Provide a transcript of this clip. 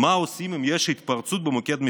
מה עושים אם יש התפרצות במוקד מסוים,